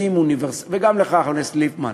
וגם לך, חבר הכנסת ליפמן,